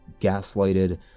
gaslighted